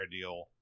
deal